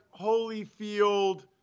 Holyfield